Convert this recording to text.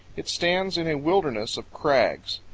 it stands in a wilderness of crags.